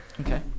Okay